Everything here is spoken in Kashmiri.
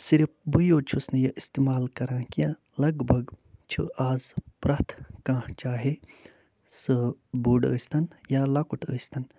صِرف بٕے یوت چھُس نہٕ یہِ اِستعمال کران کیٚنہہ لَگ بَگ چھِ آز پرٛٮ۪تھ کانٛہہ چاہے سُہ بوٚڈ ٲسۍتَن یا لۄکُٹ ٲسۍتَن